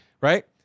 right